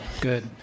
Good